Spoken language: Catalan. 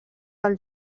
del